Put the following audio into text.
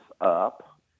up